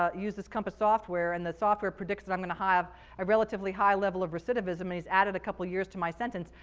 ah used this compass software, and the software predicts that i'm going to have a relatively high level of recidivism, and he's added a couple years to my sentence.